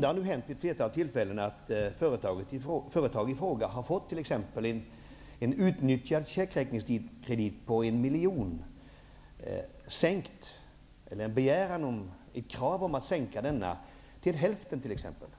Det har nu hänt vid ett flertal tillfällen att företagen i fråga har fått en begäran om att sänka en utnyttjad checkräkningskredit på en miljon kronor till exempelvis hälften